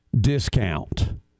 discount